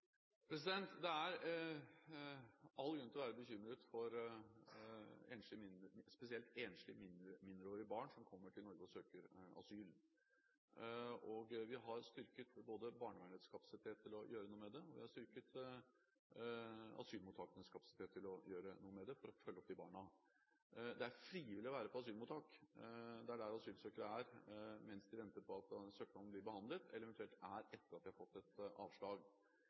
Det er all grunn til å være bekymret for spesielt enslige mindreårige barn som kommer til Norge og søker asyl. Vi har styrket både barnevernets og asylmottakenes kapasitet til å gjøre noe med dette for å følge opp de barna. Det er frivillig å være på asylmottak. Det er der asylsøkere er mens de venter på at søknaden blir behandlet, eller eventuelt er etter at de har fått et avslag.